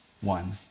one